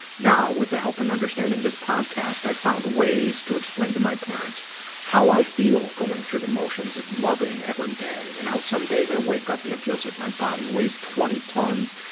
now, with the help and understanding this podcast, i've found ways to explain to my parents how i feel going through the motions of loving every day and how some days i wake up and it feels like my body weighs twenty tons,